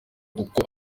uko